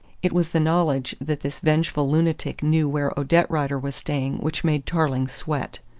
it was the knowledge that this vengeful lunatic knew where odette rider was staying which made tarling sweat.